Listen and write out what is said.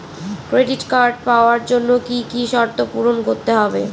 Credit card পাওয়ার জন্য কি কি শর্ত পূরণ করতে হবে?